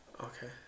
Okay